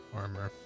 armor